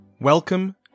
Welcome